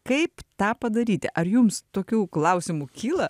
kaip tą padaryti ar jums tokių klausimų kyla